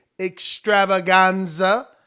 extravaganza